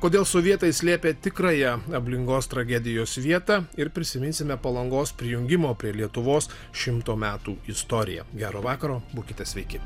kodėl sovietai slėpė tikrąją ablingos tragedijos vietą ir prisiminsime palangos prijungimo prie lietuvos šimto metų istoriją gero vakaro būkite sveiki